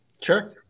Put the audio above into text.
Sure